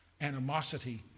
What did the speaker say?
animosity